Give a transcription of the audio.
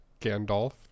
Gandalf